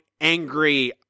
angry